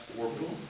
orbital